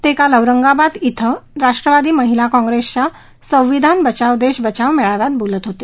ते काल औरंगाबाद इथं राष्ट्रवादी महिला काँप्रेसच्या संविधान बचाव देश बचाव मेळाव्यात बोलत होते